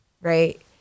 right